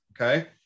Okay